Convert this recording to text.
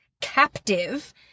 captive